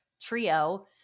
trio